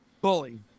Bully